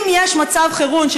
אם יש מצב חירום,